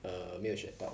err 没有学到